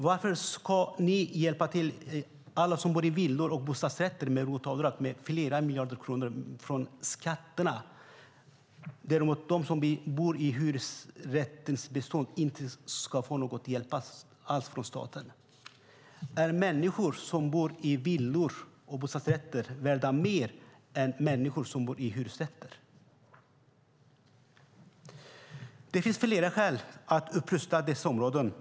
Varför ska ni hjälpa alla som bor i villor och bostadsrätter med ROT-avdrag på flera miljarder från skatterna? De som bor i hyresrättsbeståndet ska däremot inte få någon hjälp alls från staten. Är människor som bor i villor och bostadsrätter värda mer än människor som bor i hyresrätter? Det finns flera skäl till att rusta upp dessa områden.